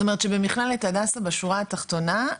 זאת אומרת שבמכללת הדסה, בשורה התחתונה,